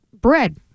Bread